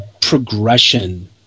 progression